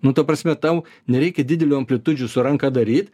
nu ta prasme tau nereikia didelių amplitudžių su ranka daryt